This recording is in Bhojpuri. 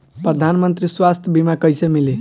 प्रधानमंत्री स्वास्थ्य बीमा कइसे मिली?